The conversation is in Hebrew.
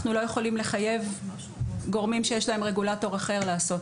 אנחנו לא יכולים לחייב גורמים שיש להם רגולטור אחר לעשות.